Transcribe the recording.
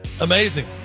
Amazing